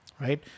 right